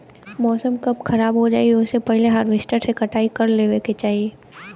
मौसम कब खराब हो जाई ओसे पहिले हॉरवेस्टर से कटाई कर लेवे के चाही